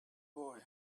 boy